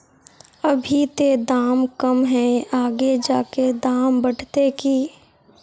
अभी ते दाम कम है आगे जाके दाम बढ़ते की?